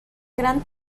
gran